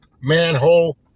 manhole